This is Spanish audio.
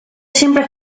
siempre